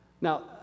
Now